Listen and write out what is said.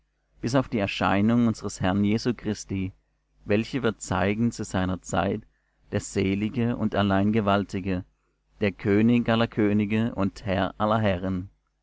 bis auf die erscheinung unsers herrn jesu christi welche wird zeigen zu seiner zeit der selige und allein gewaltige der könig aller könige und herr aller herren